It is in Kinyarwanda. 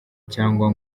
cyangwa